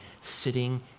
sitting